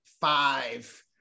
five